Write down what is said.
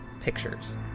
Pictures